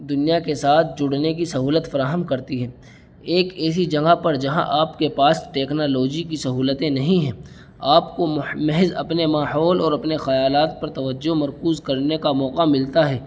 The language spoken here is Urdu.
دنیا کے ساتھ جڑنے کی سہولت فراہم کرتی ہے ایک ایسی جگہ پر جہاں آپ کے پاس ٹیکنالوجی کی سہولتیں نہیں ہیں آپ کو محض اپنے ماحول اور اپنے خیالات پر توجہ مرکوز کرنے کا موقع ملتا ہے